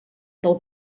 del